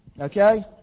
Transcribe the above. Okay